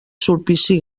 sulpici